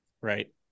right